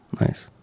Nice